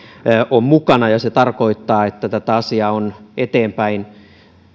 on mukana ja se tarkoittaa että tätä asiaa on eteenpäin